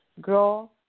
grow